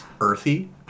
earthy